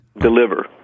deliver